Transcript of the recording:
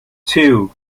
two